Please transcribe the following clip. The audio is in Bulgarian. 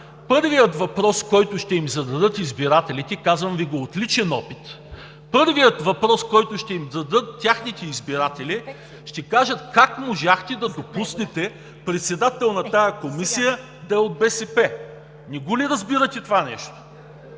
първият въпрос, който ще им зададат избирателите, казвам Ви го от личен опит, първият въпрос, който ще им зададат техните избиратели: как можахте да допуснете председател на тази комисия да е от БСП? Не го ли разбирате това нещо?